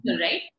right